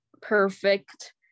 Perfect